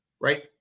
right